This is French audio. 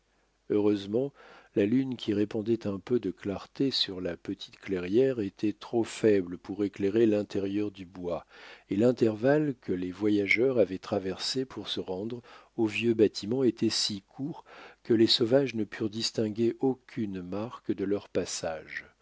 heureusement la lune qui répandait un peu de clarté sur la petite clairière était trop faible pour éclairer l'intérieur du bois et l'intervalle que les voyageurs avaient traversé pour se rendre au vieux bâtiment était si court que les sauvages ne purent distinguer aucune marque de leur passage